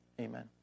Amen